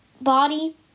body